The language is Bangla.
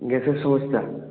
গ্যাসের সমস্যা